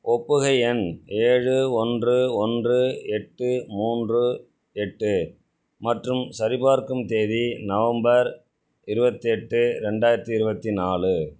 ஒப்புகை எண் ஏழு ஒன்று ஒன்று எட்டு மூன்று எட்டு மற்றும் சரிபார்க்கும் தேதி நவம்பர் இருபத்தெட்டு ரெண்டாயிரத்தி இருபத்தி நாலு